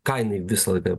ką jinai visą laiką